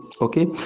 okay